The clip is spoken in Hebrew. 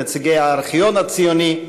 נציגי הארכיון הציוני,